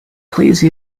please